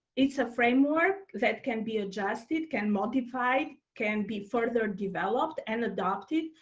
it's a framework that can be adjusted can modify. can be further developed and adopted.